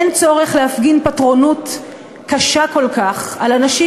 אין צורך להפגין פטרונות קשה כל כך על אנשים